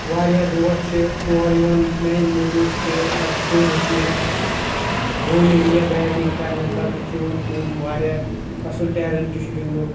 واریاہ دوس چھِ تور یِوان میٛانہِ موٗجوٗب تہِ پَتہٕ تِم وٕچھنہِ بولِنٛگ یا بیٹِنٛگ کَرنہٕ خٲطرٕ چھِ یِوان تِم واریاہ اَصٕل ٹیلںٛٹ چھُ گِنٛدنُک